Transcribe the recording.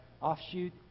offshoot